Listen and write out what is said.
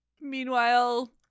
Meanwhile